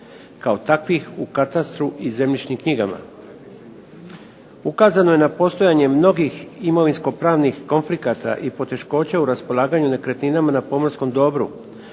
kao takvih u katastru i zemljišnim knjigama. Ukazano je na postojanje mnogih imovinsko-pravnih konflikata i poteškoća u raspolaganju nekretninama na pomorskom dobru.